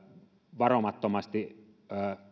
varomattomasti